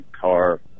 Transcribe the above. car